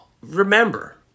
remember